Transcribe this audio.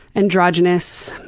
androgynous.